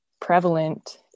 prevalent